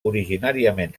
originàriament